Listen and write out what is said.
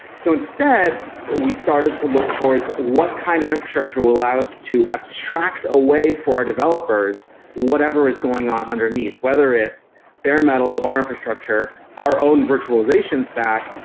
so instead, we started to look towards what kind of infrastructure will allow us to abstract a way for developers whatever is going on underneath, whether it's bare-metal of our infrastructure, our own virtualization stack,